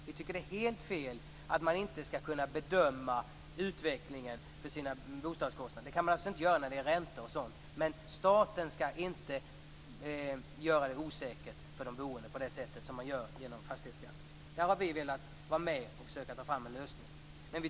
Det är fel att inte kunna bedöma utvecklingen för sina bostadskostnader. Det går inte att göra det med räntor. Men staten skall inte göra situationen osäker för de boende, som sker med fastighetsskatten. Där har vi velat vara med om att få fram en lösning.